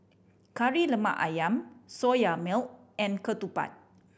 Kari Lemak Ayam Soya Milk and ketupat